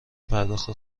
پرداخت